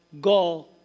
Go